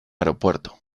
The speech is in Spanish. aeropuerto